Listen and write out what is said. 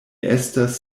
estas